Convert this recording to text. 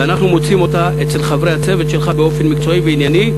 ואנחנו מוצאים אותה אצל חברי הצוות שלך באופן מקצועי וענייני.